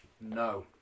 no